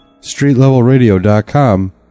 StreetLevelRadio.com